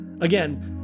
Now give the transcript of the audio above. again